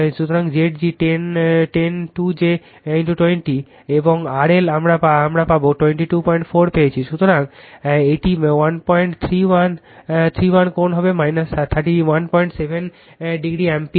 সুতরাং Zg 10 2 j 20 এবং RL আমরা 224 পেয়েছি সুতরাং এটি 131 কোণ হবে 317 ডিগ্রি অ্যাম্পিয়ার